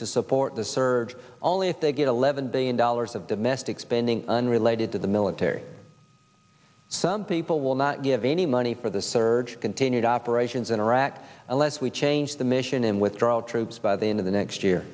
to support the surge only if they get eleven billion dollars of domestic spending unrelated to the military some people will not give any money for the surge continued operations in iraq unless we change the mission and withdraw all troops by the end of the next year